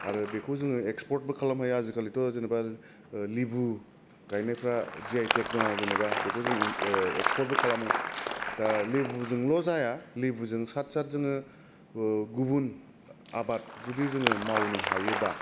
आरो बेखौ जोङो एक्सपर्टबो खालामनो हायो आजिखालिथ' जेन'बा लेबु गायनायफ्रा जे आइ टेक दं जेनेबा बेखौ जों एक्सपर्टबो खालामो दा लेबुजोंल जाया लेबुजों सात सात जोङो गुबुन आबाद जुदि जों मावनो हायोबा